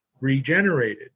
regenerated